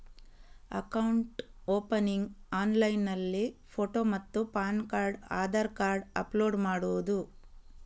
Account opening ಆನ್ಲೈನ್ನಲ್ಲಿ photo ಮತ್ತು PAN card Aadhaar card upload ಮಾಡುವುದು?